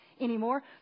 anymore